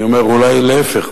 אני אומר: אולי להיפך.